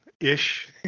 ish